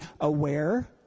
aware